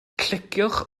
cliciwch